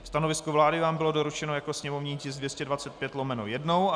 Stanovisko vlády vám bylo doručeno jako sněmovní tisk 225/1.